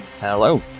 Hello